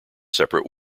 separate